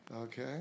Okay